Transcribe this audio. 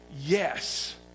Yes